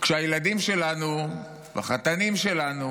כשהילדים שלנו והחתנים שלנו